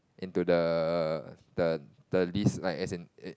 into the the the list like as in it